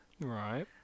Right